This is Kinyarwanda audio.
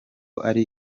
ari